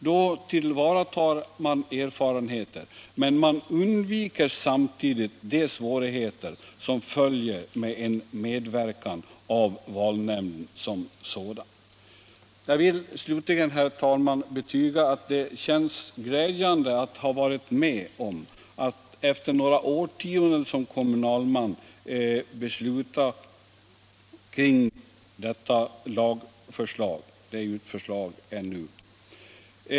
Därigenom tillvaratar man dess erfarenheter, men man undviker samtidigt de svårigheter som följer en medverkan av valnämnden som sådan. Jag vill slutligen, herr talman, betyga att det känns glädjande att ha varit med om att, efter några årtionden som kommunalman, besluta om denna lag.